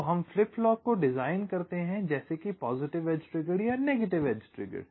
तो हम flip flop को डिज़ाइन करते हैं जैसे कि पॉजिटिव एज ट्रिगर्ड या नेगेटिव एज ट्रिगर्ड